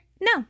No